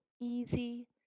easy